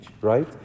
right